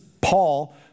Paul